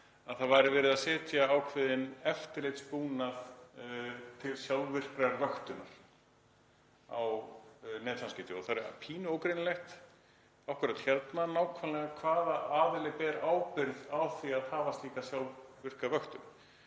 að það væri verið að setja ákveðinn eftirlitsbúnað til sjálfvirkrar vöktunar á netsamskipti. Það er pínu ógreinilegt akkúrat hérna nákvæmlega hvaða aðili ber ábyrgð á slíkri sjálfvirkri vöktun,